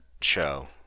show